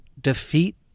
defeat